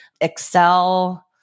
Excel